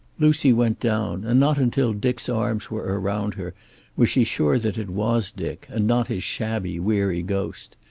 lucy went down, and not until dick's arms were around her was she sure that it was dick, and not his shabby, weary ghost.